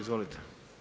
Izvolite.